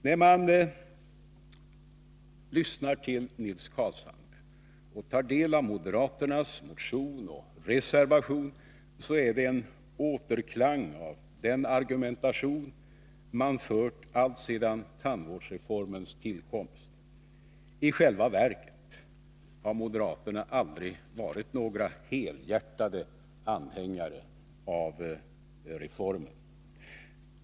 När man lyssnar på Nils Carlshamre och tar del av moderaternas motion och reservation är det en återklang av den argumentation som man har fört alltsedan tandvårdsreformens tillkomst. I själva verket har moderaterna aldrig varit några helhjärtade anhängare av reformen.